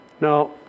Now